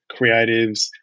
creatives